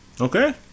Okay